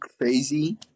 crazy